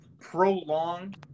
prolong